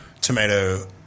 tomato